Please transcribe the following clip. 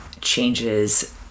changes